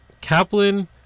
Kaplan